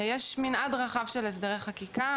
יש מנעד רחב של הסדרי חקיקה,